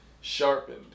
sharpened